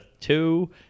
two